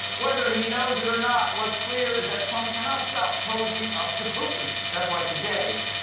whether he knows it or not, what's clear is that trump cannot stop cozying up to putin. that's why, today,